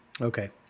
Okay